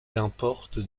importe